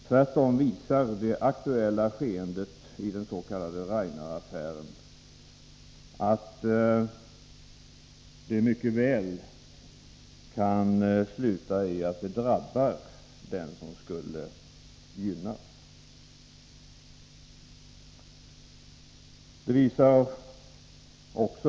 Tvärtom visar det aktuella skeendet i den s.k. Raineraffären att det mycket väl kan sluta i att det drabbar den som skulle gynnas.